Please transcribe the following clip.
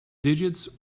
digits